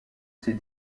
ces